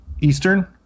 Eastern